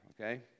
okay